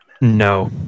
no